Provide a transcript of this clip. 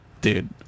dude